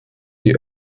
die